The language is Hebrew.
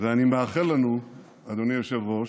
ואני מאחל לנו, אדוני היושב-ראש,